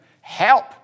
Help